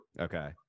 Okay